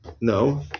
no